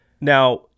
Now